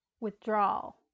withdrawal